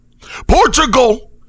Portugal